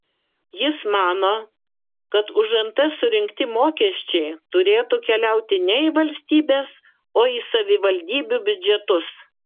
jis mano kad už nt surinkti mokesčiai turėtų keliauti ne į valstybės o į savivaldybių biudžetus